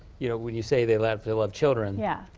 you know, when you say they'll have to love children yeah.